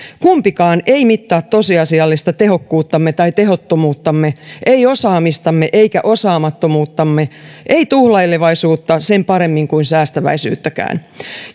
kumpikaan ei mittaa tosiasiallista tehokkuuttamme tai tehottomuuttamme ei osaamistamme eikä osaamattomuuttamme ei tuhlailevaisuutta sen paremmin kuin säästäväisyyttäkään